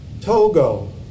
Togo